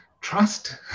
trust